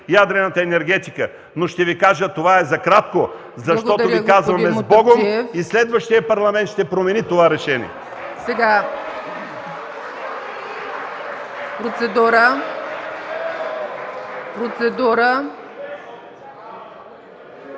ядрената енергетика! Но ще Ви кажа: това е за кратко! Защото Ви казваме: „Сбогом!” и следващият Парламент ще промени това решение!